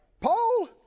Paul